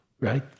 right